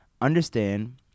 understand